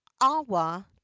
awa